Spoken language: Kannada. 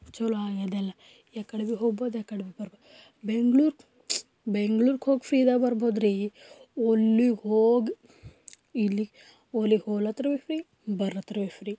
ಚಲೋ ಆಗ್ಯಾದ ಎಲ್ಲ ಯಾಕಡೆ ಭೀ ಹೋಗ್ಬೋದು ಯಾಕಡೆ ಭೀ ಬರಬೋದು ಬೆಂಗಳೂರು ಬೆಂಗ್ಳೂರಿಗೆ ಹೋಗಿ ಫ್ರೀಯಾಗೆ ಬರಬೋದ್ರಿ ಅಲ್ಲಿಗೆ ಹೋಗಿ ಇಲ್ಲಿ ಅಲ್ಲಿ ಹೋಲತ್ರುವೆ ಫ್ರೀ ಬರತ್ರವೆ ಫ್ರೀ